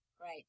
Right